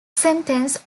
sentence